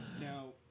Now